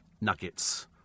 nuggets